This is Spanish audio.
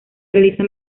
realiza